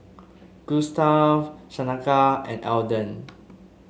Gustav Shaneka and Elden